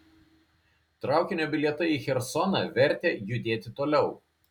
traukinio bilietai į chersoną vertė judėti toliau